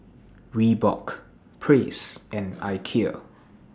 Reebok Praise and Ikea